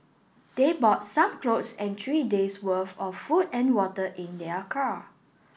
they bought some clothes and three days' worth of food and water in their car